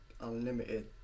unlimited